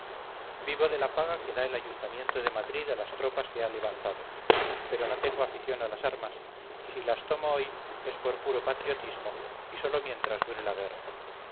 vivo de la paga que da el ayuntamiento de madrid a las tropas que ha levantado pero no tengo afición a las armas y si las tomo hoy es por puro patriotismo y sólo mientras dure la guerra